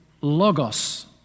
logos